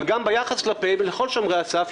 אבל ביחס כלפיהם ולכל שומרי הסף,